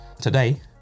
Today